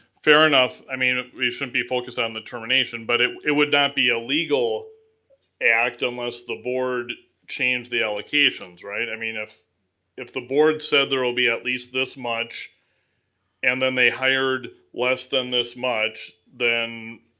fair enough, i mean we shouldn't be focused on the termination, but it it would not be illegal act unless the board changed the allocations, right? i mean if if the board said there will be at least this much and then they hired less than this much, then